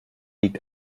liegt